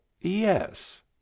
yes